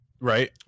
right